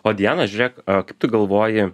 o diana žiūrėk kaip tu galvoji